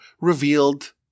revealed